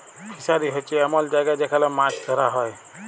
fishery হছে এমল জায়গা যেখালে মাছ ধ্যরা হ্যয়